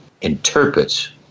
interprets